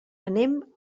anem